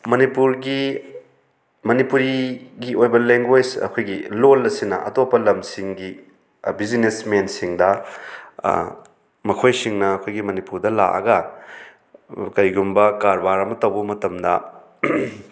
ꯃꯅꯤꯄꯨꯔꯒꯤ ꯃꯅꯤꯄꯨꯔꯤꯒꯤ ꯑꯣꯏꯕ ꯂꯦꯡꯒ꯭ꯋꯦꯁ ꯑꯩꯈꯣꯏꯒꯤ ꯂꯣꯟ ꯑꯁꯤꯅ ꯑꯇꯣꯞꯄ ꯂꯝꯁꯤꯡꯒꯤ ꯕꯤꯖꯤꯅꯦꯁꯃꯦꯟꯁꯤꯡꯗ ꯃꯈꯣꯏꯁꯤꯡꯅ ꯑꯩꯈꯣꯏꯒꯤ ꯃꯅꯤꯄꯨꯔꯗ ꯂꯥꯛꯑꯒ ꯀꯔꯤꯒꯨꯝꯕ ꯀꯔꯕꯥꯔ ꯑꯃ ꯇꯧꯕ ꯃꯇꯝꯗ